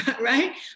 right